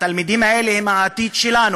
התלמידים האלה הם העתיד שלנו.